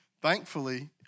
Thankfully